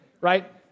right